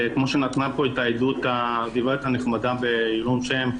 כפי שאמרה בעדותה הגברת הנחמדה בעילום שם,